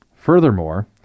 Furthermore